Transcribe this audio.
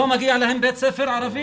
לא מגיע להם בית ספר ערבי?